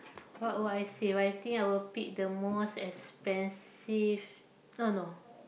what would I say well I think I will pick the most expensive no no